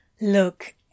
Look